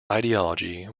ideology